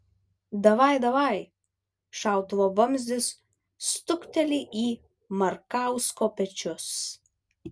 davaj davaj šautuvo vamzdis stukteli į markausko pečius